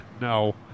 No